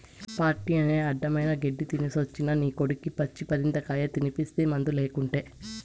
party అని అడ్డమైన గెడ్డీ తినేసొచ్చిన నీ కొడుక్కి పచ్చి పరిందకాయ తినిపిస్తీ మందులేకుటే